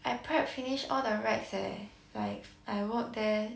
I prep finish all the racks eh like I work there